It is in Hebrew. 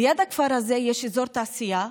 ליד הכפר הזה יש אזור תעשייה.